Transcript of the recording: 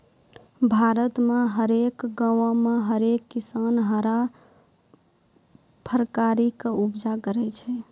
भारत मे हरेक गांवो मे हरेक किसान हरा फरकारी के उपजा करै छै